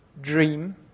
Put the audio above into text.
Dream